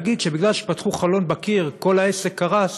להגיד שמפני שפתחו חלון בקיר כל העסק קרס,